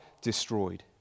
destroyed